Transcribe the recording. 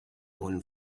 own